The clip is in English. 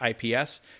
IPS